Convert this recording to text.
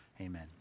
amen